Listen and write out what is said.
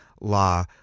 law